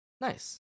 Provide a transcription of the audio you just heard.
nice